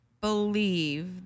believe